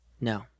No